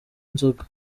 inzoga